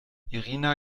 irina